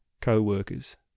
co-workers